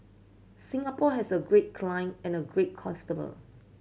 Singapore has a great client and a great customer